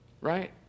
right